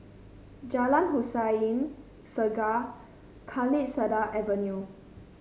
Jalan Hussein Segar Kalisada Avenue